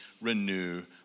renew